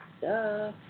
Duh